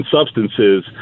substances